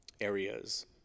areas